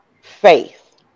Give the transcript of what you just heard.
faith